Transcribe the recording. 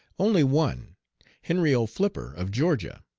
only one henry o. flipper, of georgia.